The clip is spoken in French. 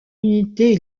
unité